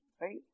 Right